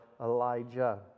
Elijah